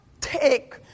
take